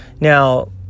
Now